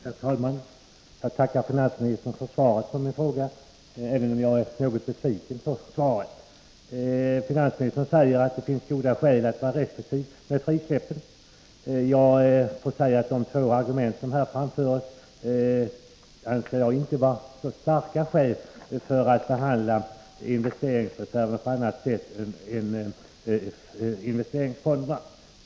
Herr talman! Jag tackar finansministern för svaret på min fråga, även om jag är något besviken på det. Finansministern säger att det finns goda skäl att vara restriktiv med frisläppen av investeringsreserverna. Jag vill då säga att jag inte anser att de två argument för detta som framförts är tillräckligt starka för att motivera att man behandlar investeringsreserverna på annat sätt än investeringsfonderna.